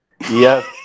Yes